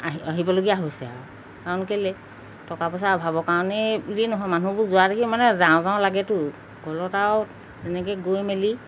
আহি আহিবলগীয়া হৈছে আৰু কাৰণ কেলৈ টকা পইচা অভাৱৰ কাৰণেই বুলিয়ে নহয় মানুহবোৰ যোৱা দেখি মানে যাওঁ যাওঁ লাগেতো গ'লত আৰু তেনেকৈ গৈ মেলি